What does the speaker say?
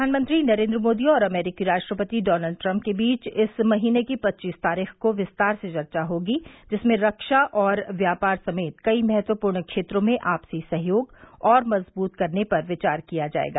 प्रधानमंत्री नरेंद्र मोदी और अमरीकी राष्ट्रपति डोनल्ड ट्रंप के बीच इस महीने की पच्चीस तारीख को विस्तार से वार्ता होगी जिसमें रक्षा और व्यापार समेत कई महत्वपूर्ण क्षेत्रों में आपसी सहयोग और मजबुत करने पर विचार किया जाएगा